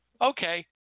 okay